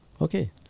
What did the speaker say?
okay